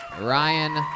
Ryan